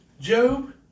Job